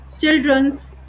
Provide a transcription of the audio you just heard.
children's